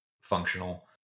functional